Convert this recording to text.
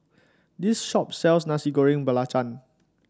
this shop sells Nasi Goreng Belacan